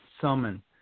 summon